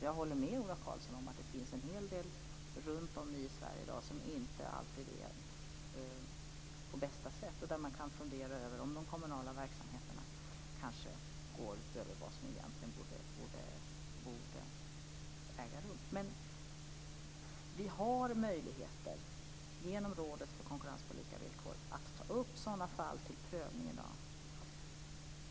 Jag håller med Ola Karlsson om att det finns en hel del runt om i Sverige i dag som inte alltid är på bästa sätt och där man kan fundera över om de kommunala verksamheterna kanske går utöver vad som egentligen borde äga rum. Vi har möjligheter genom Rådet för konkurrens på lika villkor att ta upp sådana fall till prövning i dag.